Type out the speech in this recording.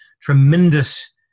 tremendous